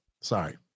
sorry